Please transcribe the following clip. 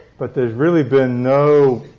but there's really been no